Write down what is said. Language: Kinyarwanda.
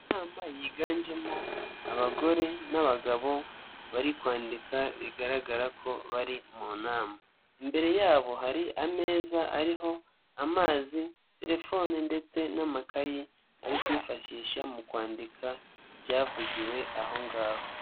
Inama yiganjemo abagore n'abagabo bari kwandika bigaragara ko bari mu nama, imbere yabo hari ameza ariho amazi, telefone ndetse n'amakayi bari kwifashisha mu kwandika ibyavugiwe aho ngaho.